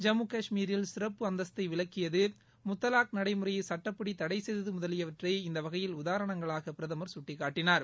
ஜம்மு காஷ்மீரில் சிறப்பு அந்தஸ்தை விலக்கியது முத்தலாக் நடைமுறையை சுட்டப்படி தடை செய்தது முதலியவற்றை இந்த வகையில் உதாரணங்களாக பிரதமர் சுட்டிக்காட்டினார்